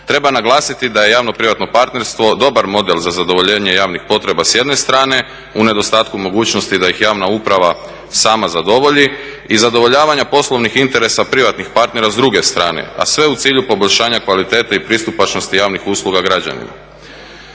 Treba naglasiti da je javno-privatno partnerstvo dobar model za zadovoljenje javnih potreba s jedne strane u nedostatku mogućnosti da ih javna uprava sama zadovolji i zadovoljavanja poslovnih interesa privatnih partnera s druge strane, a sve u cilju poboljšanja kvalitete i pristupačnosti javnih usluga građanima.